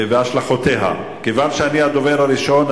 5792, 5797,